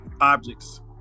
objects